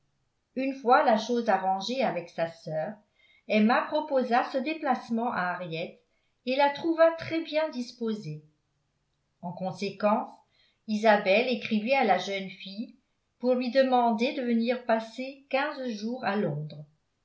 une fois la chose arrangée avec sa sœur emma proposa ce déplacement à harriett et la trouva très bien disposée en conséquence isabelle écrivit à la jeune fille pour lui demander de venir passer quinze jours à londres